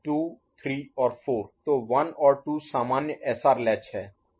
तो 1 और 2 सामान्य SR लैच है